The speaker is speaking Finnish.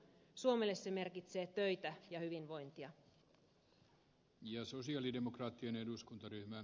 suomelle se merkitsee töitä ja hyvinvointia